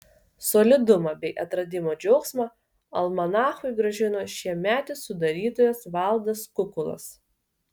solidumą bei atradimo džiaugsmą almanachui grąžino šiemetinis sudarytojas valdas kukulas